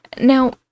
now